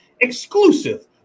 Exclusive